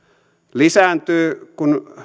lisääntyy kun